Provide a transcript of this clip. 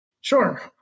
Sure